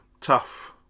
tough